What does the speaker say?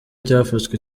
cyafashwe